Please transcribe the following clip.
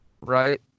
right